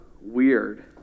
weird